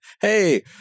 Hey